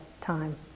time